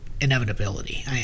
inevitability